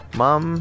mom